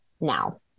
now